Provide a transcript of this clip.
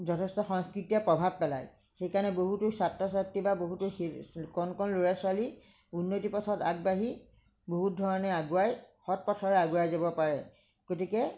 যথেষ্ট সংস্কৃতিয়ে প্ৰভাৱ পেলাই সেইকাৰণে বহুতো ছাত্ৰ ছাত্ৰীয়ে বা বহুতো কণ কণ লৰা ছোৱালী উন্নতি পথত আগবাঢ়ি বহুত ধৰণে আগুৱাই সৎ পথেৰে আগুৱাই যাব পাৰে গতিকে